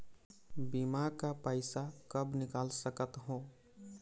बीमा का पैसा कब निकाल सकत हो?